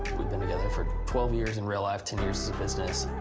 we've been together for twelve years in real life, ten years as a business.